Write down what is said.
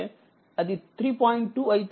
2 అయితే i 4 3